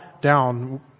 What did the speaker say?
down